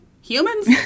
humans